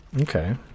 Okay